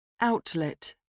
Outlet